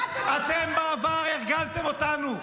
אתם בעבר הרגלתם אותנו.